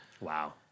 Wow